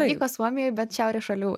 vyko suomijoj bet šiaurės šalių